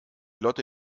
lotte